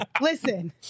Listen